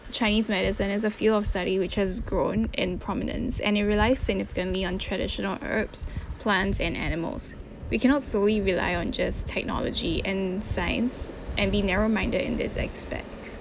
chinese medicine is a field of study which has grown in prominence and it rely significantly on traditional herbs plants and animals we cannot solely rely on just technology and science and be narrow minded in this aspect